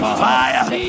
fire